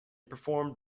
performed